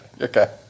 Okay